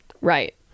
Right